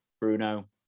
Bruno